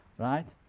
right?